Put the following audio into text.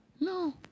No